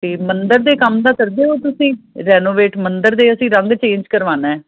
ਅਤੇ ਮੰਦਰ ਦੇ ਕੰਮ ਦਾ ਕਰਦੇ ਹੋ ਤੁਸੀਂ ਰੈਨੋਵੇਟ ਮੰਦਰ ਦੇ ਅਸੀਂ ਰੰਗ ਚੇਂਜ ਕਰਵਾਉਣਾ ਹੈ